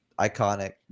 iconic